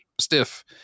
stiff